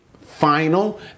final